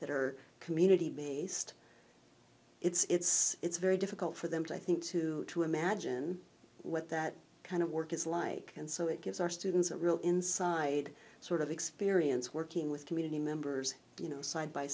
that are community based it's it's very difficult for them to i think to to imagine what that kind of work is like and so it gives our students a real inside sort of experience working with community members you know side by